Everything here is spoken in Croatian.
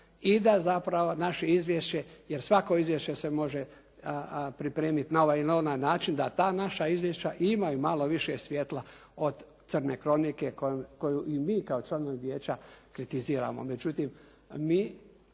i da zapravo naše izvješće, jer svako izvješće se može pripremiti na ovaj ili onaj način, da ta naša izvješća imaju malo više svjetla od crne kronike koju i mi kao članovi vijeća kritiziramo.